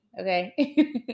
okay